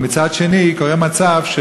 אם אפשר רק להיות קצת יותר בשקט